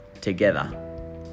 together